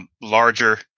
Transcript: larger